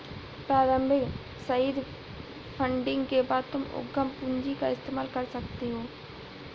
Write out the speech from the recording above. प्रारम्भिक seed funding के बाद तुम उद्यम पूंजी का इस्तेमाल कर सकते हो